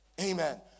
Amen